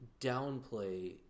downplay